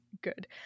good